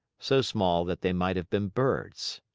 so small that they might have been birds.